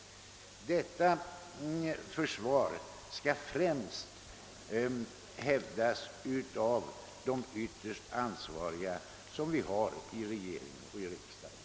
Detta försvar skall främst hävdas av de ytterst ansvariga. De sitter i regering och riksdag.